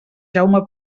jaume